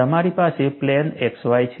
મારી પાસે plane XY છે